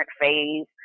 phase